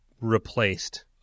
replaced